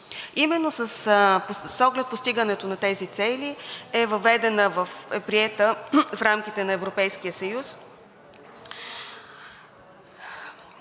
Именно с оглед постигането на тези цели е приета в рамките на Европейския съюз